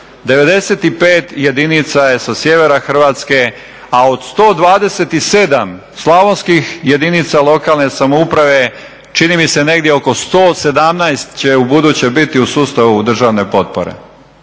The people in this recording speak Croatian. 95 jedinica je sa sjevera Hrvatske, a od 127 slavonskih jedinica lokalne samouprave čini mi se negdje oko 117. će u buduće biti u sustavu državne potpore,